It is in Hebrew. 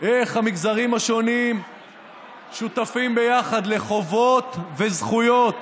על איך המגזרים השונים שותפים ביחד לחובות ולזכויות